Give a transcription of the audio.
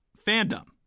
fandom